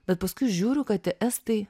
bet paskui žiūriu kad estai